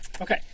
Okay